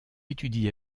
étudie